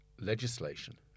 legislation